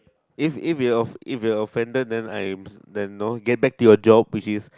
if if you are if you are offended then I am then you know get back to your job which is